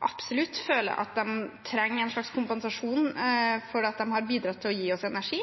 absolutt føler at de trenger en slags kompensasjon for at de har bidratt til å gi oss energi.